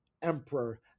emperor